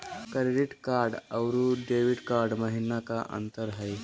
Credit card अरू debit card महिना का अंतर हई?